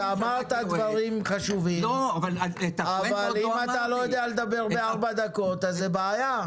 אמרת דברים חשובים אבל אם אתה לא יודע לדבר ב-4 דקות אז זו בעיה.